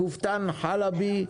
קופטאן חלבי,